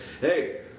hey